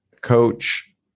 coach